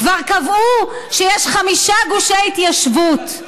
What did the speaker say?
כבר קבעו שיש חמישה גושי התיישבות,